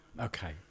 Okay